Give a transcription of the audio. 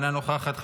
אינה נוכחת,